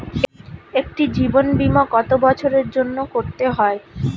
একটি জীবন বীমা কত বছরের জন্য করতে হয়?